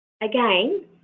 Again